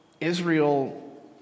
Israel